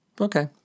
Okay